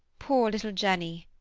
poor little jenny!